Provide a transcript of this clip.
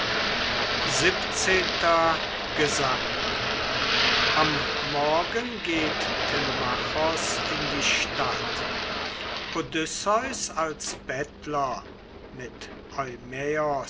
xvii gesang am morgen geht telemachos in die stadt odysseus als bettler mit